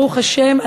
ברוך השם,